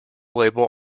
label